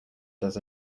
does